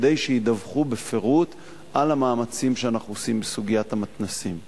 כדי שידווחו בפירוט על המאמצים שאנחנו עושים בסוגיית המתנ"סים.